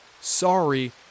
sorry